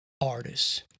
artists